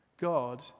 God